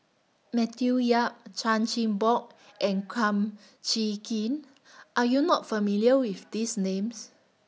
Matthew Yap Chan Chin Bock and Kum Chee Kin Are YOU not familiar with These Names